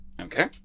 okay